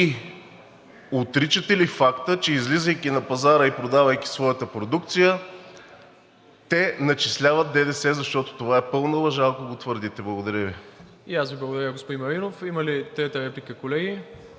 отричате ли факта, че излизайки на пазара и продавайки своята продукция, те начисляват ДДС, защото това е пълна лъжа, ако го твърдите? Благодаря Ви. ПРЕДСЕДАТЕЛ МИРОСЛАВ ИВАНОВ: И аз Ви благодаря, господин Маринов. Има ли трета реплика, колеги?